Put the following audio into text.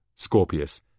Scorpius